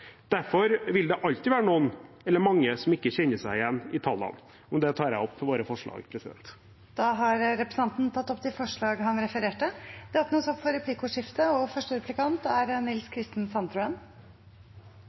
Derfor vil det alltid være noen eller mange som ikke kjenner seg igjen i tallene. Med det tar jeg opp våre forslag. Da har representanten Sivert Bjørnstad tatt opp de forslagene han refererte til. Det blir replikkordskifte. Fremskrittspartiet er jo et liberalistisk og